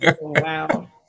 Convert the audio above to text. Wow